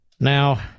Now